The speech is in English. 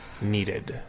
needed